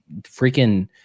freaking-